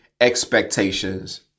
expectations